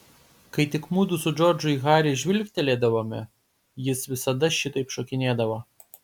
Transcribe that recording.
kai tik mudu su džordžu į harį žvilgtelėdavome jis visada šitaip šokinėdavo